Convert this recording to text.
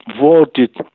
voted